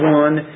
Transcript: one